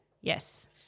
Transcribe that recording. Yes